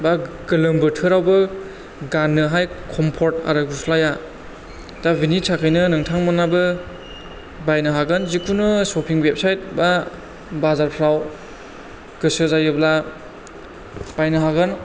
बा गोलोम बोथोरावबो गाननोहाय कम्पर्ट आरो गुस्लाया दा बिनि थाखायनो नोंथांमोनाबो बायनो हागोन जिखुनु शपिं वेबसाइट एबा बाजारफ्राव गोसो जायोब्ला बायनो हागोन